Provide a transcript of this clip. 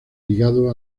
ligado